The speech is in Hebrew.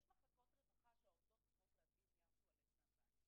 יש מחלקות רווחה שבהן העובדות צריכות להביא נייר טואלט מן הבית.